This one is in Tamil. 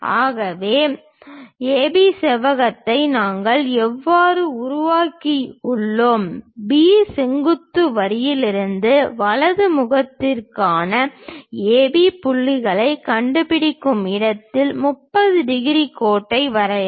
ஆகவே AB செவ்வகத்தை நாங்கள் எவ்வாறு உருவாக்கியுள்ளோம் B செங்குத்து வரியிலிருந்து வலது முகத்திற்கான AB புள்ளிகளைக் கண்டுபிடிக்கும் இடத்தில் 30 டிகிரி கோட்டை வரையவும்